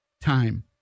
time